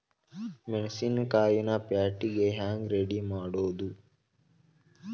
ಮೆಣಸಿನಕಾಯಿನ ಪ್ಯಾಟಿಗೆ ಹ್ಯಾಂಗ್ ರೇ ರೆಡಿಮಾಡೋದು?